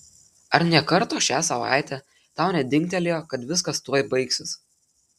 ar nė karto šią savaitę tau nedingtelėjo kad viskas tuoj baigsis